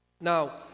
Now